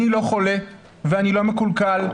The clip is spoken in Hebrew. אני לא חולה ואני לא מקולקל,